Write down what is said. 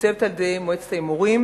ומתוקצבת על-ידי מועצת ההימורים